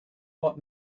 what